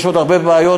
יש עוד הרבה בעיות,